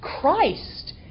Christ